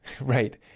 right